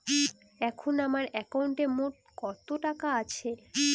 এখন আমার একাউন্টে মোট কত টাকা আছে?